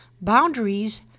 Boundaries